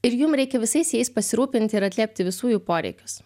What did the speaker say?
ir jum reikia visais jais pasirūpinti ir atliepti visų jų poreikius